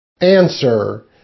Answer